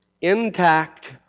intact